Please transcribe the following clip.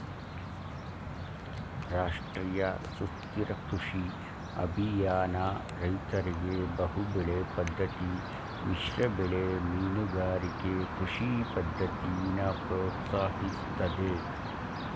ರಾಷ್ಟ್ರೀಯ ಸುಸ್ಥಿರ ಕೃಷಿ ಅಭಿಯಾನ ರೈತರಿಗೆ ಬಹುಬೆಳೆ ಪದ್ದತಿ ಮಿಶ್ರಬೆಳೆ ಮೀನುಗಾರಿಕೆ ಕೃಷಿ ಪದ್ದತಿನ ಪ್ರೋತ್ಸಾಹಿಸ್ತದೆ